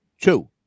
two